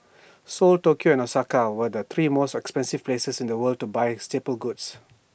Seoul Tokyo and Osaka were the three most expensive places in the world to buy staple goods